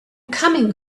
coming